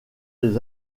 des